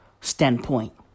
standpoint